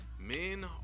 Men